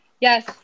Yes